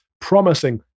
promising